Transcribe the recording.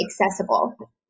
accessible